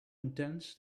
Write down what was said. intense